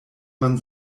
man